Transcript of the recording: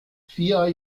vier